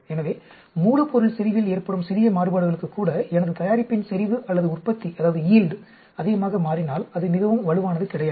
எனவே மூலப்பொருள் செறிவில் ஏற்படும் சிறிய மாறுபாடுகளுக்கு கூட எனது தயாரிப்பின் செறிவு அல்லது உற்பத்தி அதிகமாக மாறினால் அது மிகவும் வலுவானது கிடையாது